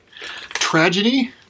Tragedy